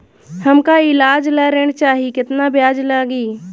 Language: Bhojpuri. हमका ईलाज ला ऋण चाही केतना ब्याज लागी?